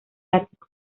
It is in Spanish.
ático